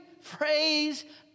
phrase